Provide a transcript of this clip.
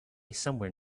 somewhere